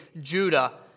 Judah